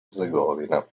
erzegovina